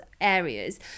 areas